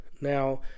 Now